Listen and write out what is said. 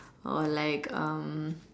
or like um